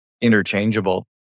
interchangeable